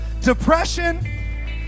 depression